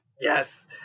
Yes